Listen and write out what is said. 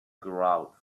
grout